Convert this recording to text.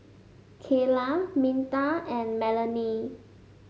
Kayla Minta and Melonie